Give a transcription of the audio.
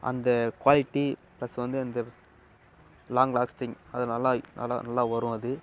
அந்த quality plus வந்து அந்த லாங் லாஸ்ட்டிங் அது நல்லா அது நல்லா வரும் அது